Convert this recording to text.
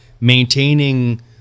maintaining